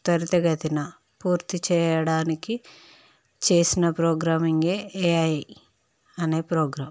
త్వరితగతిన పూర్తి చేయడానికి చేసిన ప్రోగ్రామింగ్ ఏఐ అనే ప్రోగ్రామ్